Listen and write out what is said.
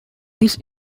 this